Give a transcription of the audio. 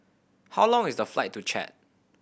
how long is the flight to Chad